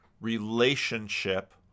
relationship